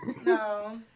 No